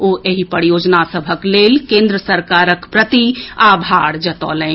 ओ एहि परियोजना सभक लेल केन्द्र सरकारक प्रति आभार जतौलनि